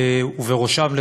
ובראשם,